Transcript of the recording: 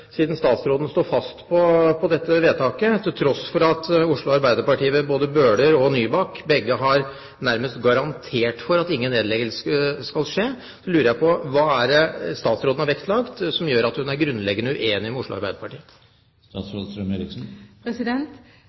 Siden statsråden står fast på dette vedtaket, til tross for at Oslo Arbeiderparti ved både Bøhler og Nybakk nærmest har garantert for at ingen nedleggelse skal skje, lurer jeg på hva det er statsråden har vektlagt som gjør at hun er grunnleggende uenig med Oslo